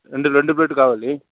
రెండు రెండు ప్లేట్ కావాలి